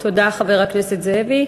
תודה, חבר הכנסת זאבי.